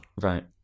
Right